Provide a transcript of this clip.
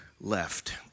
left